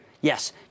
Yes